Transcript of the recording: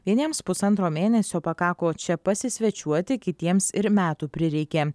vieniems pusantro mėnesio pakako čia pasisvečiuoti kitiems ir metų prireikė